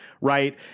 right